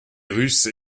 russes